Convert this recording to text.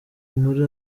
muri